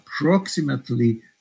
approximately